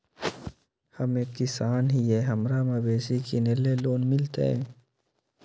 हम एक किसान हिए हमरा मवेसी किनैले लोन मिलतै?